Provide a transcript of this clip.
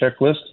Checklist